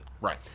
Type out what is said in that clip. Right